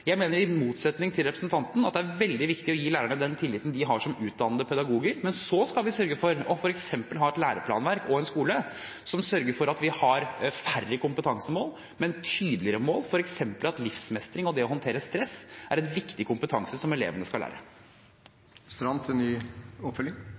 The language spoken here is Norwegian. Jeg mener – i motsetning til representanten Knutsdatter Strand – at det er veldig viktig å gi lærerne den tilliten de har som utdannede pedagoger, men vi skal sørge for å ha f.eks. et læreplanverk og en skole som sørger for at vi har færre kompetansemål, men tydeligere mål, f.eks. at livsmestring og det å håndtere stress er en viktig kompetanse som elevene skal